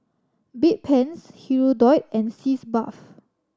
Bedpans Hirudoid and Sitz Bath